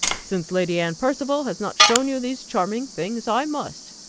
since lady anne percival has not shown you these charming things, i must.